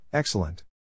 Excellent